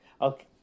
okay